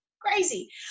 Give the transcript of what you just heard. crazy